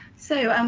so, and